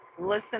listen